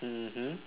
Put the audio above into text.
mmhmm